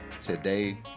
Today